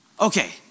Okay